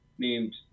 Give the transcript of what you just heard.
named